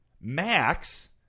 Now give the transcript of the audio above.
Max